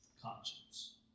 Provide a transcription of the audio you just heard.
conscience